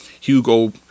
Hugo